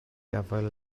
gafael